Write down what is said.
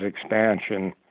expansion